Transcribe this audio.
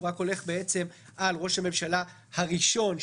רק על ראש הממשלה הראשון,